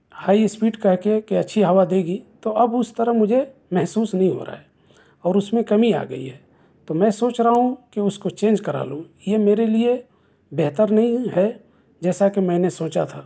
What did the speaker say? high speed کہہ کے کہ اچھی ہوا دے گی تو اب اس طرح مجھے محسوس نہیں ہو رہا ہے اور اس میں کمی آ گئی ہے تو میں سوچ رہا ہوں کہ اس کو چینج کرا لوں یہ میرے لیے بہتر نہیں ہے جیسا کہ میں نے سوچا تھا